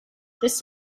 this